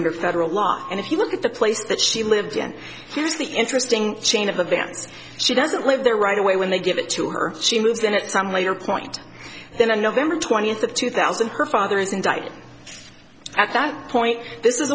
under federal law and if you look at the place that she lives in here's the interesting chain of events she doesn't live there right away when they give it to her she moves in at some later point then on november twentieth of two thousand her father is indicted at that point this is